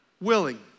willing